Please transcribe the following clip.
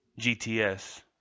GTS